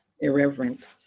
irreverent